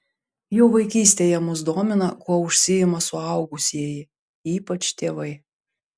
jau vaikystėje mus domina kuo užsiima suaugusieji ypač tėvai